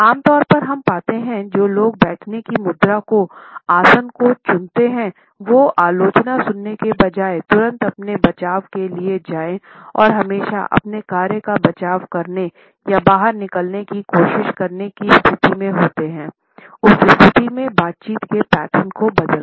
आम तौर पर हम पाते हैं कि जो लोग बैठने की मुद्रा के आसन को चुनते हैं वो आलोचना सुनने के बजाय तुरंत अपने बचाव के लिए जाएं और हमेशा अपने कार्यों का बचाव करने या बाहर निकलने की कोशिश करने की जल्दी में होते हैं उस स्थिति में बातचीत के पैटर्न को बदलकर